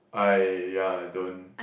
I yeah I don't